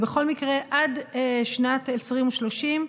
בכל מקרה עד שנת 2030,